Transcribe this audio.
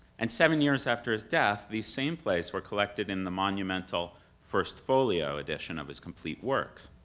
and seven years after his death these same plays were collected in the monumental first folio edition of his complete works.